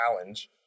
challenge